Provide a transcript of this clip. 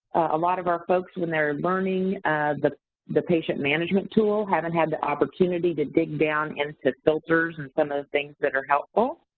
a lot of our folks, when they're ah learning the the patient management tool, haven't had the opportunity to dig down into filters and some of the things that are helpful.